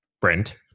Brent